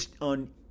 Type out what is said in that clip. On